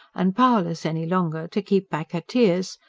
and powerless any longer to keep back her tears,